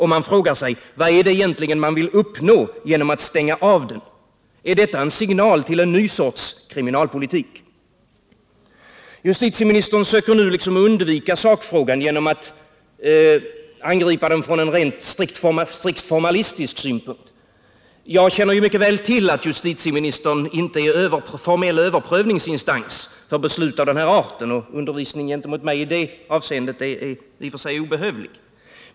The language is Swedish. Man frågar sig: Vad är det egentligen kriminalvårdsstyrelsen vill uppnå genom att stänga skrivarverkstaden? Är detta en signal till en ny sorts kriminalpolitik? Justitieministern söker nu liksom undvika sakfrågan genom att angripa den från en strikt formalistisk synpunkt. Jag känner mycket väl till att justitieministern inte är formell överprövningsinstans för beslut av denna art, så undervisningen gentemot mig i det avseendet är i och för sig obehövlig.